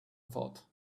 thought